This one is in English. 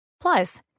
Plus